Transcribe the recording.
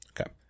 Okay